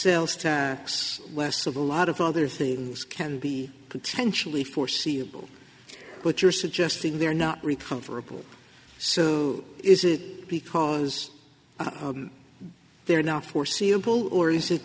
sales tax less of a lot of other things can be potentially foreseeable but you're suggesting they're not recoverable so is it because they're now foreseeable or is it